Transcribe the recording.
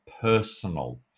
personal